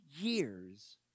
years